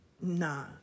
Nah